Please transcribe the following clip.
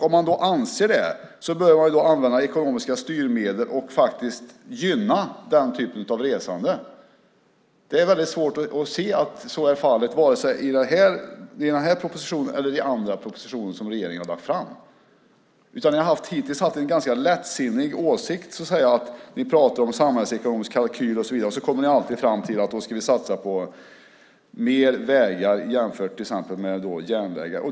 Om man anser det bör man använda ekonomiska styrmedel och faktiskt gynna den typen av resande. Det är väldigt svårt att se att så är fallet vare sig det gäller denna proposition eller det gäller andra propositioner som regeringen har lagt fram. Hittills har ni så att säga haft en ganska lättsinnig åsikt. Ni pratar om en samhällsekonomisk kalkyl och så vidare och kommer alltid fram till att vi ska satsa mer på vägar än på exempelvis järnvägar.